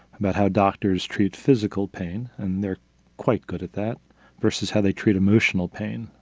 about how doctors treat physical pain and they're quite good at that versus how they treat emotional pain,